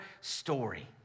story